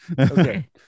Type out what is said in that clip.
Okay